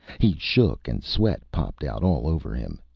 he shook, and sweat popped out all over him.